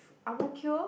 Ang-Mo-Kio